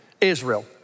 Israel